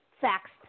facts